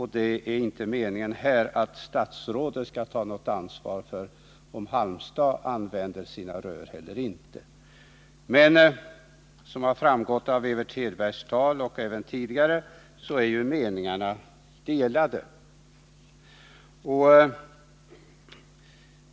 Det är inte meningen att statsrådet skall ta något ansvar för om Halmstad använder sina rör eller inte. Men som har framhållits här av Evert Hedberg och även tidigare är ju meningarna delade.